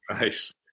Nice